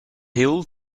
hill